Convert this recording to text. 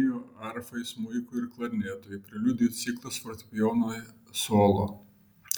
trio arfai smuikui ir klarnetui preliudijų ciklas fortepijonui solo